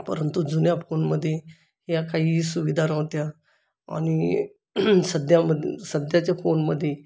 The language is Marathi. परंतु जुन्या फोनमध्ये या काहीही सुविधा नव्हत्या आणि सध्या मद सध्याच्या फोनमध्ये